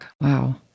Wow